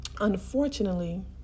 unfortunately